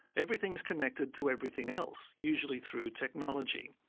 everything's connected to everything else, usually through technology.